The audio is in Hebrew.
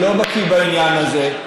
אני לא בקי בעניין הזה.